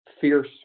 Fierce